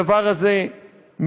הדבר הזה מיותר,